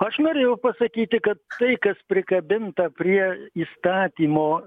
aš norėjau pasakyti kad tai kas prikabinta prie įstatymo